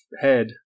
head